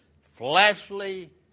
fleshly